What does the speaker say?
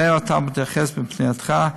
שאליה אתה מתייחס בפנייתך,